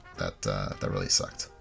that really sucked.